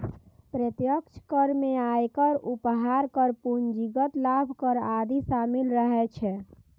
प्रत्यक्ष कर मे आयकर, उपहार कर, पूंजीगत लाभ कर आदि शामिल रहै छै